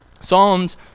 Psalms